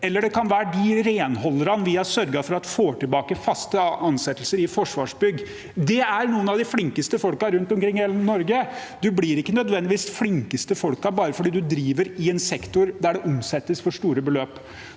eller det kan være de renholderne vi har sørget for at får tilbake fast ansettelse i Forsvarsbygg. Det er noen av de flinkeste folkene rundt omkring i hele Norge. Man blir ikke nødvendigvis de flinkeste folkene bare fordi man driver i en sektor der det omsettes for store beløp.